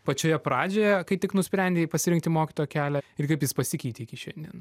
pačioje pradžioje kai tik nusprendei pasirinkti mokytojo kelią ir kaip jis pasikeitė iki šiandien